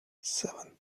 seven